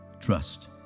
Trust